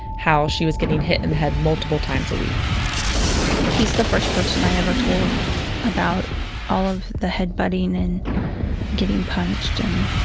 how she was getting hit in and the head multiple times a week he's the first person i ever told about all of the head butting and getting punched and.